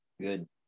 good